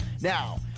Now